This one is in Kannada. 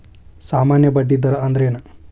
ಸಾಮಾನ್ಯ ಬಡ್ಡಿ ದರ ಅಂದ್ರೇನ?